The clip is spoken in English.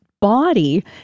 body